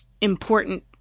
important